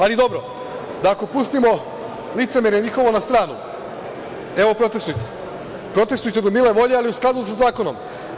Ali dobro, da ako pustimo licemerje njihovo na stranu, evo, protestujte, protestujte do mile volje, ali u skladu sa zakonom.